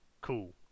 cool